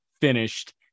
finished